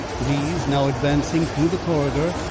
these, now advancing through the corridor,